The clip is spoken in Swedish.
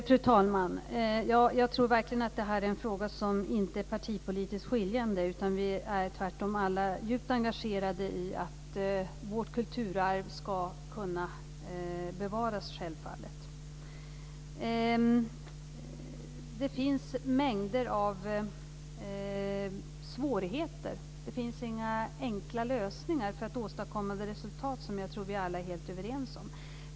Fru talman! Jag tror verkligen att detta är en fråga som inte är partipolitiskt skiljande. Vi är tvärtom alla självfallet djupt engagerade i att vårt kulturarv ska kunna bevaras. Det finns mängder av svårigheter. Det finns inga enkla lösningar för att åstadkomma det resultat som jag tror att vi alla är helt överens om.